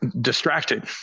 distracted